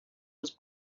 was